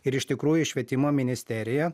ir iš tikrųjų švietimo ministerija